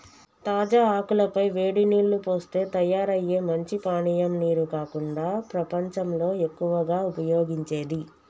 తాజా ఆకుల పై వేడి నీల్లు పోస్తే తయారయ్యే మంచి పానీయం నీరు కాకుండా ప్రపంచంలో ఎక్కువగా ఉపయోగించేది